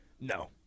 no